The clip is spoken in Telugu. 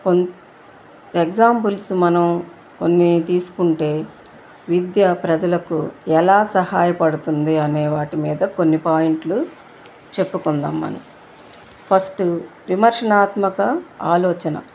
కొన్ ఎక్సాంపుల్స్ మనం కొన్ని తీసుకుంటే విద్య ప్రజలకు ఎలా సహాయపడుతుంది అనేవాటి మీద కొన్ని పాయింట్లు చెప్పుకుందాం మనం ఫస్టు విమర్శనాత్మక ఆలోచన